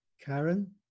Karen